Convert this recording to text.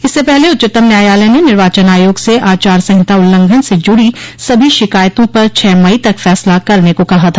इससे पहले उच्चतम न्यायालय ने निर्वाचन आयोग से आचार संहिता उल्लंघन से जुड़ी सभी शिकायतों पर छह मई तक फैसला करने को कहा था